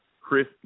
Chris